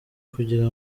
kugira